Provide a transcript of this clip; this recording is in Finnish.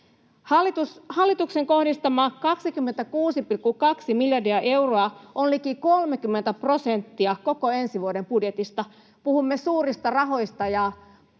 Hallituksen kohdistama 26,2 miljardia euroa on liki 30 prosenttia koko ensi vuoden budjetista, puhumme suurista rahoista